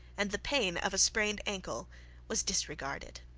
and the pain of a sprained ankle was disregarded.